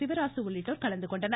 சிவராசு உள்ளிட்டோர் கலந்துகொண்டனர்